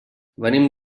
venim